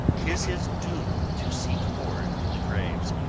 tis his doom to seek hoard in the graves,